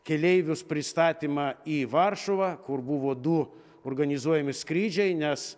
keleivius pristatymą į varšuvą kur buvo du organizuojami skrydžiai nes